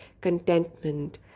contentment